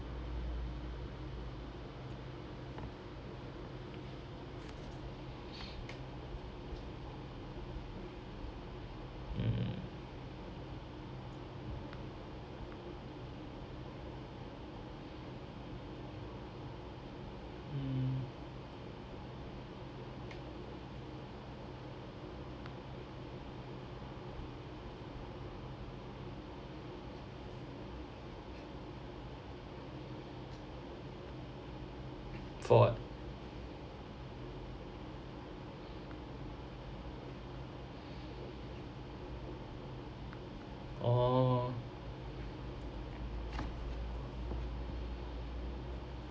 mm mm for what oh